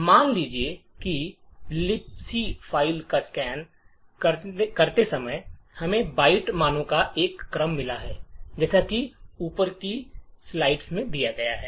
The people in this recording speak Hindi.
मान लीजिए कि लिबक फ़ाइल को स्कैन करते समय हमें बाइट मानों का एक क्रम मिला जैसा कि ऊपर की स्लाइड में दिखाया गया है